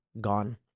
Gone